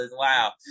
Wow